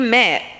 met